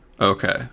Okay